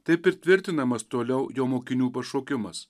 taip ir tvirtinamas toliau jo mokinių pašaukimas